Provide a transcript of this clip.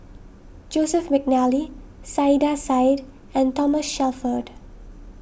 Joseph McNally Saiedah Said and Thomas Shelford